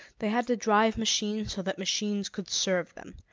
they had to drive machines so that machines could serve them.